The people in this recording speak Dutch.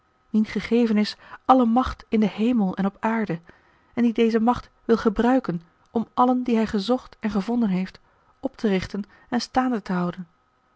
gegeven is alle macht in den hemel en op aarde en die deze macht wil gebruiken om allen die hij gezocht en gevonden heeft op te richten en staande te houden